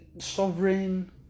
sovereign